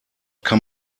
kann